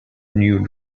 new